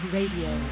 Radio